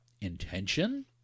intention